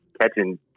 catching